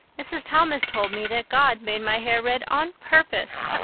mrs. thomas told me that god made my hair red on purpose,